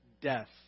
death